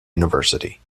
university